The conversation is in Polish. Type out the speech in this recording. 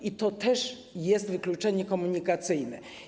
I to też jest wykluczenie komunikacyjne.